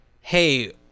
hey